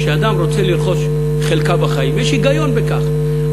כשאדם רוצה לרכוש חלקה בחיים, יש היגיון בכך.